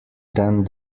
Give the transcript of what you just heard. than